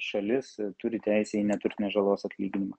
šalis turi teisę į neturtinės žalos atlyginimą